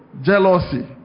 ...jealousy